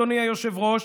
אדוני היושב-ראש,